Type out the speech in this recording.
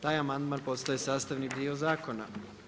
Taj amandman postaje sastavni dio zakona.